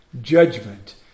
judgment